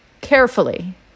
Carefully